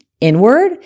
inward